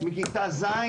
מכיתה ז'?